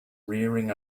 rearing